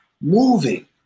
moving